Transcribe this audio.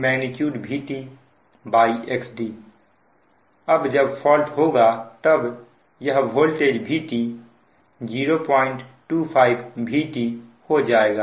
xd अब जब fault होगा तब यह वोल्टेज Vt025 Vt हो जाएगा